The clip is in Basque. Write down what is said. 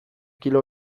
kilo